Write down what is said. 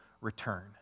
return